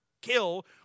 kill